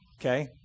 Okay